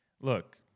Look